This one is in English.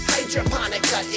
Hydroponica